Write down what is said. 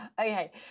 Okay